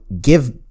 give